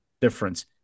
difference